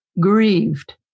grieved